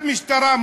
חוליה,